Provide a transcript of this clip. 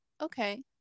Okay